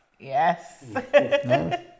Yes